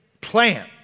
plan